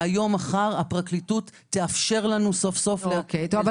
שהיום או מחר הפרקליטות תאפשר לנו סוף סוף --- גלשנו